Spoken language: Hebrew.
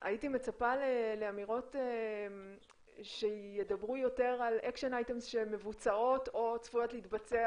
הייתי מצפה לאמירות שידברו על action items שמבוצעות או צפויות להתבצע,